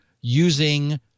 using